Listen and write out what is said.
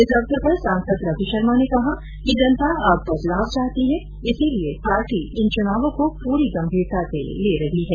इस अवसर पर सांसद रघु शर्मा कहा कि जनता अब बदलाव चाहती है इसलिए पार्टी इन चुनावों को पूरी गंभीरता से ले रही है